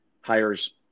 hires